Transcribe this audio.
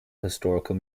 historical